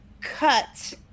cut